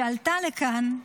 שעלתה לכאן,